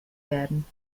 werden